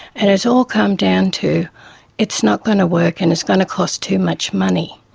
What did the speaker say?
and it has all come down to it's not going to work and it's going to cost too much money.